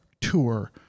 tour